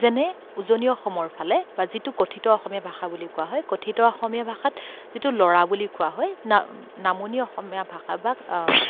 যেনে উজনি অসমৰ ফালে বা যিটো কথিত অসমীয়া ভাষা বুলি কোৱা হয় কথিত অসমীয়া ভাষাত যিটো ল'ৰা বুলি কোৱা হয় না নামনি অসমীয়া ভাষাত